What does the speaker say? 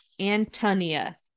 Antonia